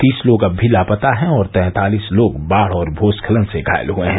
तीस लोग अब भी लापता हैं और तैंतालिस लोग बाढ़ और भू स्खलन से घायल हुए हैं